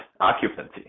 occupancy